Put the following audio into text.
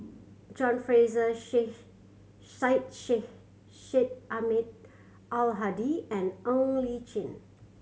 John Fraser Syed Syed Ahmad Al Hadi and Ng Li Chin